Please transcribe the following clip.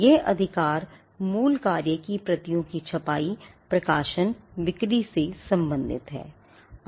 यह अधिकार मूल कार्य की प्रतियों की छपाई प्रकाशन बिक्री से संबंधित है